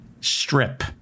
Strip